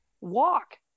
walk